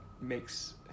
makes